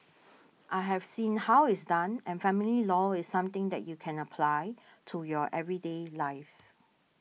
I have seen how it's done and family law is something that you can apply to your everyday life